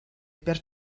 per